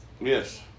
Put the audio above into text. Yes